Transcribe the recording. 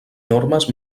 normes